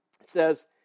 says